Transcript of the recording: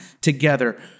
together